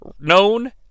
known